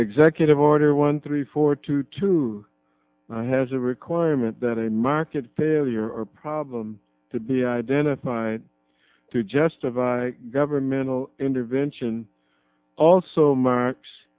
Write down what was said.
executive order one three four two two has a requirement that a market failure or problem to be identified to justify governmental intervention also marks